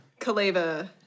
Kaleva